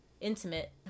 intimate